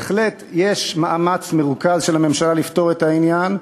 בהחלט יש מאמץ מרוכז של הממשלה לפתור את העניין.